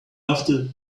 after